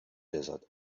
desert